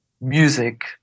music